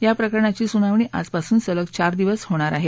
या प्रकरणाची सुनावणी आजपासून सलग चार दिवस होणार आहे